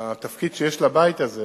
לתפקיד שיש לבית הזה